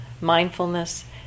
Mindfulness